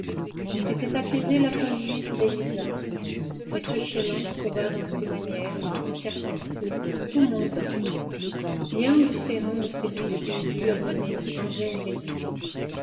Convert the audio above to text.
c'était accuser la conduite d'élisa m chélan trouva dans ses manières un certain feu tout mondain bien différent de celui qui eût dû animer un jeune lévite